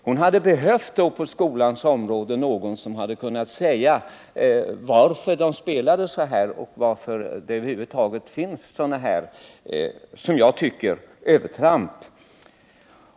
Hon hade då behövt någon på skolans område som hade kunnat förklara varför man spelåde så här och varför det över huvud taget görs sådana här — som jag tycker — övertramp.